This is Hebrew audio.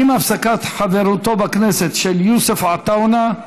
עם הפסקת חברותו בכנסת של יוסף עטאונה,